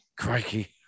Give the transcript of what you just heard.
crikey